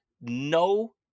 no